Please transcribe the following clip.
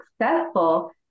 successful